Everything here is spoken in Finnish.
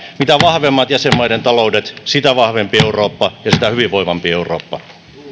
mitä vahvemmat jäsenmaiden taloudet sitä vahvempi eurooppa ja sitä hyvinvoivampi eurooppa